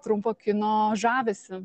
trumpo kino žavesį